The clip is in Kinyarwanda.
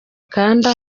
kanda